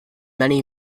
many